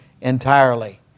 entirely